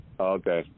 Okay